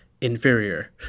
inferior